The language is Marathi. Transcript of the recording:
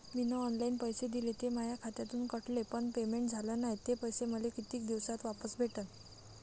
मीन ऑनलाईन पैसे दिले, ते माया खात्यातून कटले, पण पेमेंट झाल नायं, ते पैसे मले कितीक दिवसात वापस भेटन?